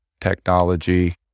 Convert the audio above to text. technology